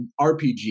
RPG